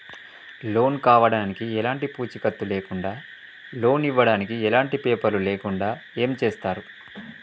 Loan కావడానికి ఎలాంటి పూచీకత్తు లేకుండా లోన్ ఇవ్వడానికి ఎలాంటి పేపర్లు లేకుండా ఏం చేస్తారు?